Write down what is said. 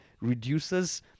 reduces